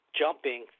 jumping